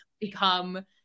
become